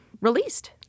released